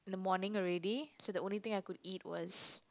in the morning already so the only thing I could eat was